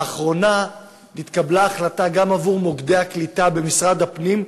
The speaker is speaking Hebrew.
לאחרונה נתקבלה החלטה גם עבור מוקדי הקליטה במשרד הפנים,